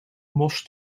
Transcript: mos